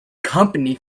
company